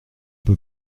peu